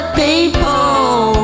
people